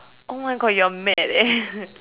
oh my God you are mad eh